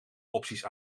opties